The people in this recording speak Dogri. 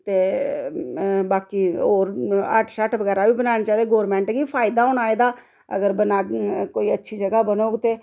ते बाकी होर हट शट बगैरा बी बनाने चाहिदे गौरमेंट गी बी फायदा होना ऐ एह्दा अगर बनागे कोई अच्छी जगह बनोग ते